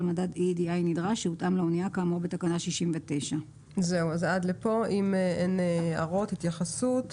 מדד EEDI נדרש שהותאם לאנייה כאמור בתקנה 69. התייחסות.